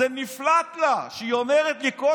זה נפלט לה שהיא אומרת לי שלא